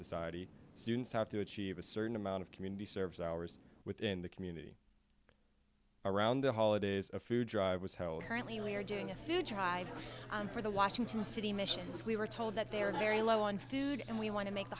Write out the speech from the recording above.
society students have to achieve a certain amount of community service hours within the community around the holidays a food drive was held currently we are doing a few tried for the washington city missions we were told that there are very low on food and we want to make